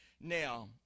Now